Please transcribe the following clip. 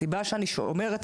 הסיבה שאני אומרת